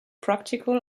practical